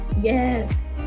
Yes